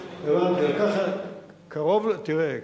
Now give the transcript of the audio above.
תראה,